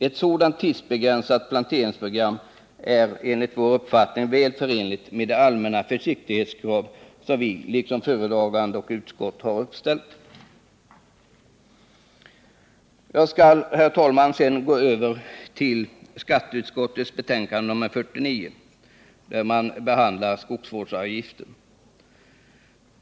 Ett sådant tidsbegränsat planteringsprogram är enligt vår uppfattning väl förenligt med de allmänna försiktighetskrav som vi liksom föredragande och utskott har uppställt. Jag skall, herr talman, sedan gå över till skatteutskottets betänkande nr 49, där man behandlar skogsvårdsavgiften.